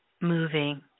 moving